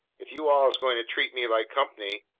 if you-all is goin' to treat me like comp'ny,